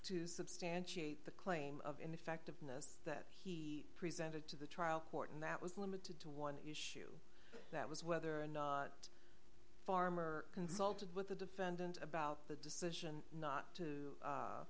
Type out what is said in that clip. to substantiate the claim of ineffectiveness that he presented to the trial court and that was limited to one issue that was whether or not farmer consulted with the defendant about the decision not to